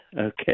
Okay